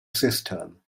system